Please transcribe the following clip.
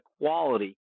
quality